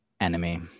enemy